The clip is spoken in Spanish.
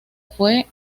fue